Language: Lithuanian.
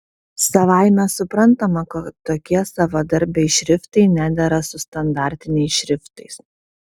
savaime suprantama kad tokie savadarbiai šriftai nedera su standartiniais šriftais